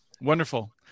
Wonderful